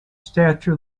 statue